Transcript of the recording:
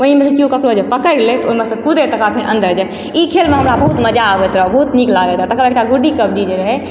ओहीमे सँ केओ ककरो जे पकड़ि लै तऽ ओइमे सँ कुदय तकरबाद फेर अन्दर जाइ ई खेलमे हमरा बहुत मजा आबैत रहऽ बहुत नीक लागैत रहए तकरबाद एकटा गुडी कबड्डी जे रहय